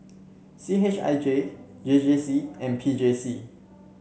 C H I J J J C and P J C